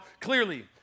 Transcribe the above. clearly